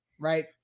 right